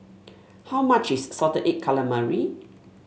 how much is Salted Egg Calamari